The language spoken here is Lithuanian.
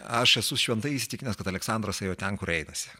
aš esu šventai įsitikinęs kad aleksandras ėjo ten kur einasi